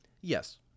Yes